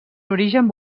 origen